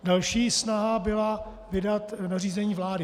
Další snaha byla vydat nařízení vlády.